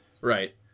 Right